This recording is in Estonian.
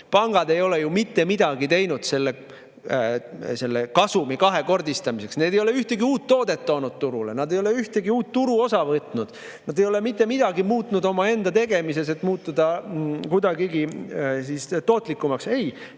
Pangad ei ole ju mitte midagi teinud selle kasumi kahekordistamiseks. Nad ei ole ühtegi uut toodet toonud turule, nad ei ole ühtegi uut turuosa võtnud. Nad ei ole mitte midagi muutnud omaenda tegemises, et muutuda kuidagigi tootlikumaks. Ei,